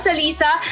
Alisa